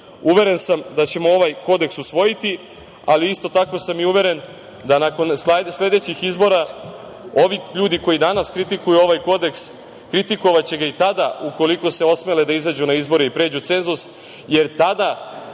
Srbije. Uveren sam da ćemo ovaj kodeks usvojiti, ali isto tako sam i uveren da nakon sledećih izbora ovi ljudi koji danas kritikuju ovaj Kodeks kritikovaće ga i tada, ukoliko se osmele da izađu na izbore i pređu cenzus, jer tada,